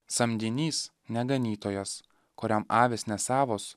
samdinys ne ganytojas kuriam avys nesavos